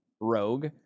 rogue